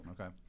okay